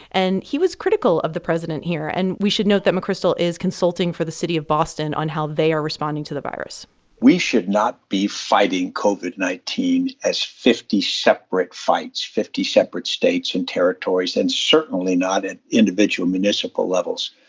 and he was critical of the president here. and we should note that mcchrystal is consulting for the city of boston on how they are responding to the virus we should not be fighting covid nineteen as fifty separate fights, fifty separate states and territories and, certainly, not at individual municipal levels.